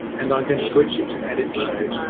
and i'm going to switch to edit mode.